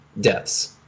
deaths